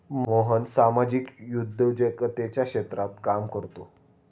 मोहन सामाजिक उद्योजकतेच्या क्षेत्रात काम करतो